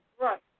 right